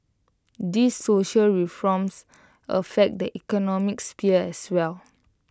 these social reforms affect the economic sphere as well